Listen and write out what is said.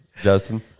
Justin